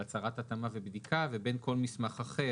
של הצהרת התאמה ובדיקה ובין כל מסמך אחר,